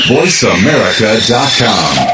VoiceAmerica.com